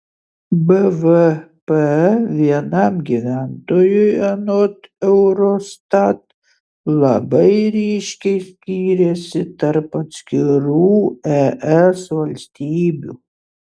bvp vienam gyventojui anot eurostat labai ryškiai skyrėsi tarp atskirų es valstybių